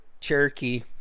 Cherokee